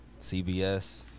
CBS